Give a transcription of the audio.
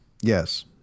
yes